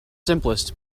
simplest